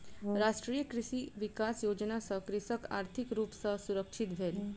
राष्ट्रीय कृषि विकास योजना सॅ कृषक आर्थिक रूप सॅ सुरक्षित भेल